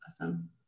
awesome